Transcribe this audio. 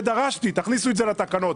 ודרשתי: תכניסו את זה לתקנות.